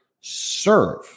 serve